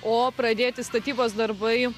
o pradėti statybos darbai